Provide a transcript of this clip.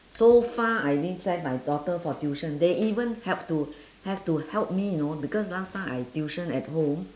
so far I didn't send my daughter for tuition they even have to have to help me you know because last time I tuition at home